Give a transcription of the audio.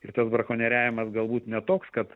ir tas brakonieriavimas galbūt ne toks kad